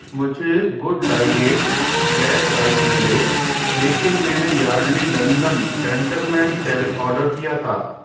मुझे गुडडाईट black rice मिले लेकिन मैंने Yardley London gentleman talc order किया था